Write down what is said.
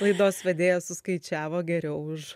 laidos vedėja suskaičiavo geriau už